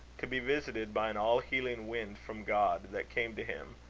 to be visited by an all-healing wind from god, that came to him,